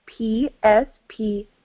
psp